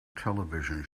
television